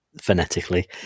phonetically